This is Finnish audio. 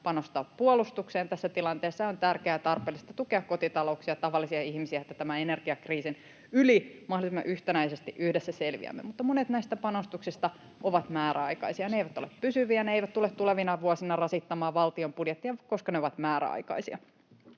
panostaa puolustukseen tässä tilanteessa, ja on tärkeää ja tarpeellista tukea kotitalouksia, tavallisia ihmisiä, että tämän energiakriisin yli mahdollisimman yhtenäisesti yhdessä selviämme. Monet näistä panostuksista ovat määräaikaisia. Ne eivät ole pysyviä, ne eivät tule tulevina vuosina rasittamaan valtion budjettia, koska ne ovat määräaikaisia.